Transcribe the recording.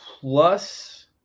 plus